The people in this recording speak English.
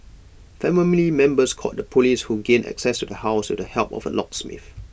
family members called the Police who gained access to the house with the help of A locksmith